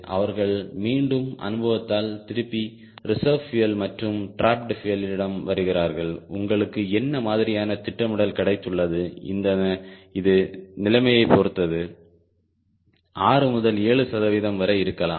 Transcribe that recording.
அவர்கள் மீண்டும் அனுபவத்தால் திரும்பி ரிசெர்வ் பியூயல் மற்றும் ட்ராப்ட்டு பியூயலிடம் வருகிறார்கள் உங்களுக்கு என்ன மாதிரியான திட்டமிடல் கிடைத்துள்ளது இது நிலைமையைப் பொறுத்து 6 முதல் 7 சதவிகிதம் வரை இருக்கலாம்